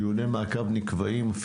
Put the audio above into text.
דיוני מעקב נקבעים,